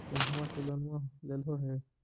समुहवा से लोनवा लेलहो हे?